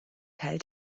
teil